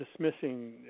dismissing